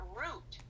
root